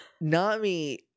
Nami